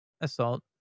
assault